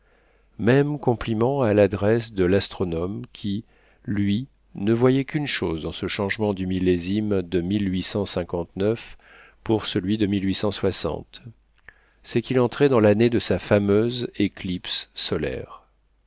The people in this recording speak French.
mêmes compliments à l'adresse de l'astronome qui lui ne voyait qu'une chose dans ce changement du millésime de pour celui de c'est qu'il entrait dans l'année de sa fameuse éclipse solaire